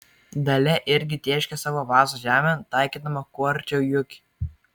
dalia irgi tėškė savo vazą žemėn taikydama kuo arčiau juki